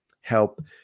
help